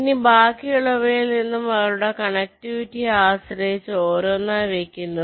ഇനി ബാക്കി ഉള്ളവയിൽ നിന്നും അവരുടെ കണക്റ്റിവിറ്റി യെ ആശ്രയിച്ചു ഓരോന്നായി വക്കുന്നു